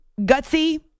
gutsy